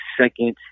second